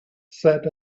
said